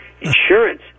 Insurance